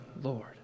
Lord